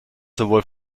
sowohl